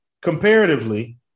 Comparatively